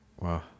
Wow